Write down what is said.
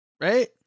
right